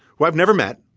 who i've never met,